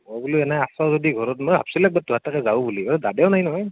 মই বোলো এনেই আছ যদি ঘৰত মই ভাবছিলোঁ একবাৰ তোহাৰ তাতে যাম বুলি দাদাও নাই নহয়